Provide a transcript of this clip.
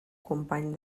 company